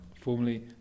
formerly